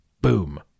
Boom